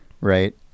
right